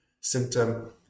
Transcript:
symptom